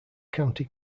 county